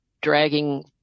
dragging